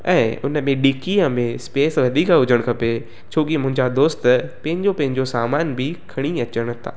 ऐं हुन में डिकीअ में स्पेस वधीक हुजणु खपे छोकी मुंहिंजा दोस्त पंहिंजो पंहिंजो सामान बि खणी अचण था